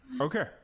okay